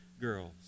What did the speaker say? girls